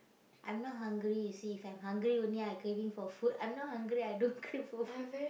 I'm not hungry see if I'm hungry only I craving for food I'm not hungry I don't crave for food